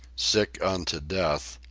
sick unto death,